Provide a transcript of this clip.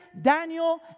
Daniel